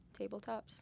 tabletops